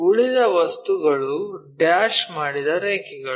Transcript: ಉಳಿದ ವಸ್ತುಗಳು ಡ್ಯಾಶ್ ಮಾಡಿದ ರೇಖೆಗಳು